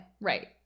Right